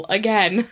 again